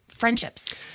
Friendships